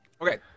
Okay